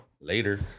later